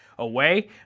away